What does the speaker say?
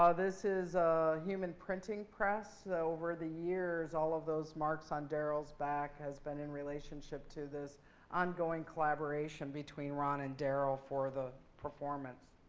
ah this is human printing press. over the years, all of those marks on daryl's back has been in relationship to this ongoing collaboration between ron and daryl for the performance.